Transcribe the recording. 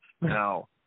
Now